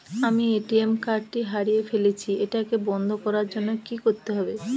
আমি ATM card টি হারিয়ে ফেলেছি এটাকে বন্ধ করার জন্য কি করতে হবে?